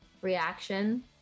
reaction